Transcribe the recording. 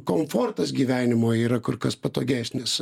komfortas gyvenimo yra kur kas patogesnis